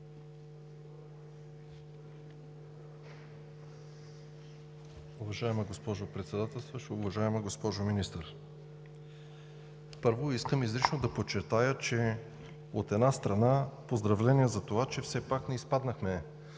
Уважаема госпожо Председател, уважаема госпожо Министър! Първо, искам изрично да подчертая, от една страна, поздравления затова, че все пак не изпаднахме от